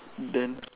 then